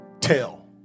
tell